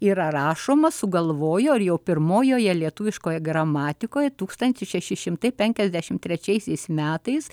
yra rašoma sugalvojo jau pirmojoje lietuviškoje gramatikoje tūkstantis šeši šimtai penkiasdešimt trečiaisias metais